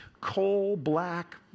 coal-black